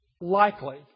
likely